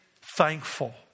thankful